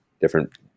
different